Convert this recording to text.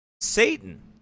Satan